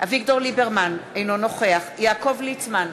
אביגדור ליברמן, אינו נוכח יעקב ליצמן,